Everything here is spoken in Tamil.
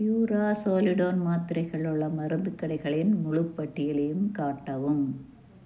பியூராஸோலிடோன் மாத்திரைகள் உள்ள மருந்து கடைகளின் முழு பட்டியலையும் காட்டவும்